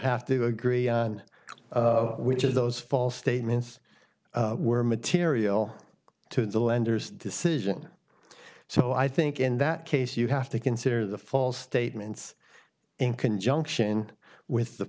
have to agree on which of those false statements were material to the lenders decision so i think in that case you have to consider the false statements in conjunction with the